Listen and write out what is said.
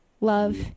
love